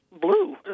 blue